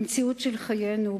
במציאות של חיינו,